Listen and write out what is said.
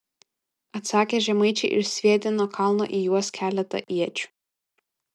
atsakė žemaičiai ir sviedė nuo kalno į juos keletą iečių